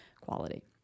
quality